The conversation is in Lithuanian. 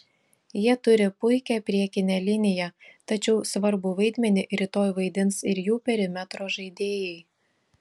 jie turi puikią priekinę liniją tačiau svarbų vaidmenį rytoj vaidins ir jų perimetro žaidėjai